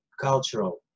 cultural